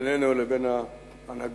בינינו לבין ההנהגה